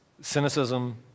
cynicism